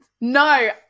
no